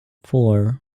four